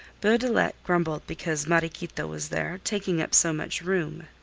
beaudelet grumbled because mariequita was there, taking up so much room.